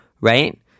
Right